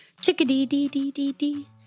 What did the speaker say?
Chickadee-dee-dee-dee-dee